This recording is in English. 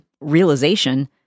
realization